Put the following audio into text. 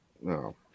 no